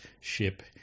ship